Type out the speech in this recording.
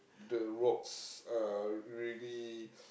the rocks are really